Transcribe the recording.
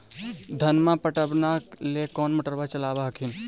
धनमा पटबनमा ले कौन मोटरबा चलाबा हखिन?